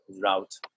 route